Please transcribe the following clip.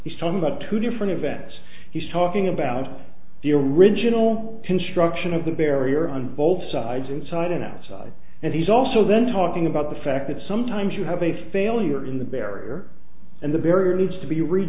he's talking about two different events he's talking about the original construction of the barrier on both sides inside and outside and he's also then talking about the fact that sometimes you have a failure in the barrier and the barrier needs to be re